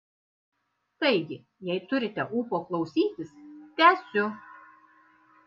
taigi jei turite ūpo klausytis tęsiu